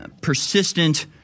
persistent